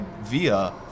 via